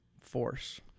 force